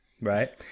Right